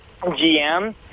GM